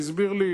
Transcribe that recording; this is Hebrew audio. שהסביר לי,